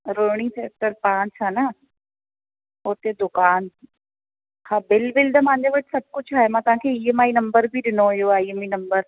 Rohini sector पांच आहे न हुते दुकानु हा बिल विल त मांजे वटि सभु कुझु आहे मां तव्हांखे ई एम आई नंबर बि ॾिनो हुओ आई एम आई नंबर